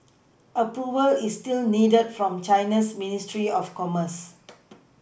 Approval is still needed from China's ministry of commerce